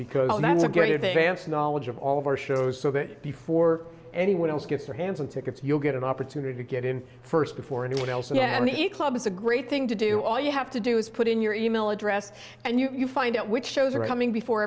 because that's a good knowledge of all of our shows so that before anyone else gets their hands on tickets you'll get an opportunity to get in first before anyone else so yeah he club is a great thing to do all you have to do is put in your e mail address and you can find out which shows are coming before